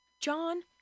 John